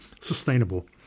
sustainable